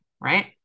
right